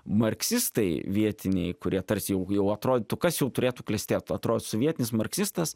marksistai vietiniai kurie tarsi jau jau atrodytų kas jau turėtų klestėt atro sovietinis marksistas